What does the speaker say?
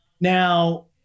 Now